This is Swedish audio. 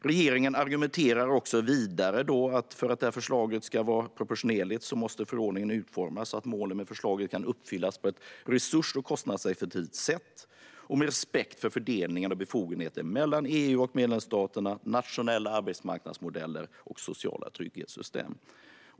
Regeringen argumenterar vidare att för att det här förslaget ska vara proportionerligt måste förordningen utformas så att målen med förslaget kan uppfyllas på ett resurs och kostnadseffektivt sätt och med respekt för fördelningen av befogenheter mellan EU och medlemsstaterna, nationella arbetsmarknadsmodeller och sociala trygghetssystem.